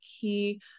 key